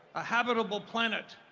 a habitable planet,